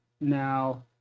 now